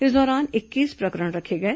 इस दौरान इक्कीस प्रकरण रखे गए